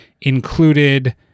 included